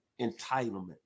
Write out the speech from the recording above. entitlement